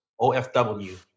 OFW